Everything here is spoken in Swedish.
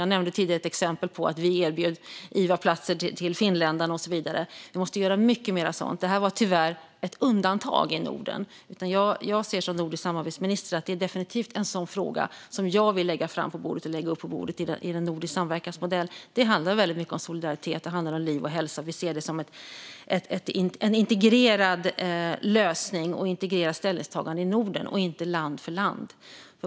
Jag nämnde tidigare att vi erbjöd finländarna IVA-platser och så vidare. Vi måste göra mycket mer sådant. Det var tyvärr ett undantag i Norden. Jag, som nordisk samarbetsminister, ser det definitivt som en fråga som jag vill lägga upp på bordet inom nordisk samverkansmodell. Det handlar mycket om solidaritet och om liv och hälsa. Vi ser det som en integrerad lösning och som ett integrerat ställningstagande för Norden, inte land för land.